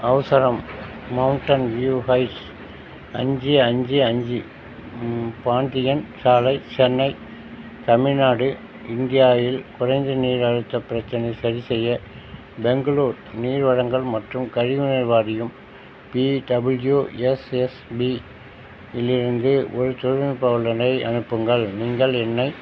அவசரம் mountain view heights அஞ்சு அஞ்சு அஞ்சு பாந்தியன் சாலை சென்னை தமிழ்நாடு இந்தியா இல் குறைந்த நீர் அழுத்தப் பிரச்சனை சரி செய்ய பெங்களூர் நீர் வழங்கல் மற்றும் கழிவுநீர் வாரியம் B W S S B இலிருந்து ஒரு தொழில்நுட்ப வல்லுநரை அனுப்புங்கள் நீங்கள் என்னை